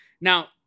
Now